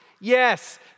Yes